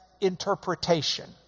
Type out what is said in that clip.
interpretation